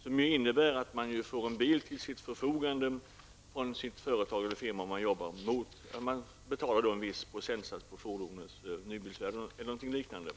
som ju innebär att man får en bil till sitt förfogande från sitt företag mot att man betalar en viss procentsats av nybilsvärdet i skatt eller liknande.